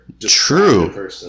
True